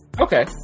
Okay